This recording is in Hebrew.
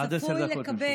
עד עשר דקות לרשותך.